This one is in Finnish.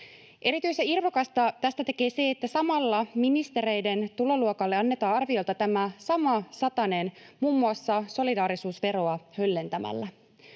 Erityisen irvokasta tästä tekee se, että samalla ministereiden tuloluokalle annetaan arviolta tämä sama satanen muun muassa solidaarisuusveroa höllentämällä.